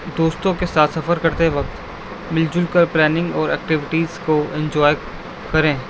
دوستوں کے ساتھ سفر کرتے وقت مل جل کر پلاننگ اور ایکٹیویٹیز کو انجوائے کریں